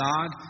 God